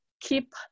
keep